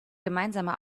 gemeinsame